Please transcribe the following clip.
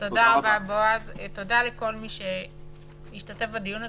תודה, ותודה לכל מי שהשתתף בדיון.